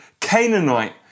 Canaanite